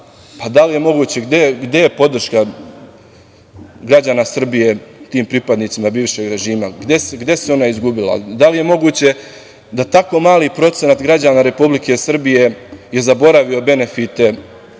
da li je moguće, gde je podrška građana Srbije tim pripadnicima bivšeg režima, gde se ona izgubila? Da li je moguće da tako mali procenat građana Republike Srbije je zaboravio benefite